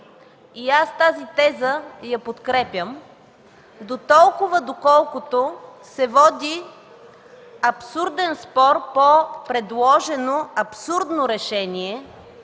И аз тази теза я подкрепям, дотолкова доколкото се води абсурден спор по предложено абсурдно решение